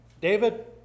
David